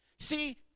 See